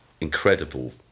incredible